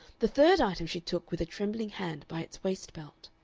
the third item she took with a trembling hand by its waistbelt.